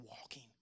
walking